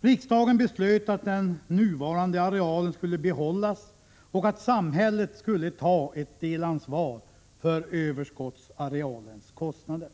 Riksdagen beslöt att den nuvarande arealen skulle behållas och att samhället skulle ta ett delansvar för överskottsarealens kostnader.